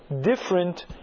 different